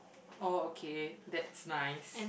oh okay that's nice